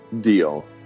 deal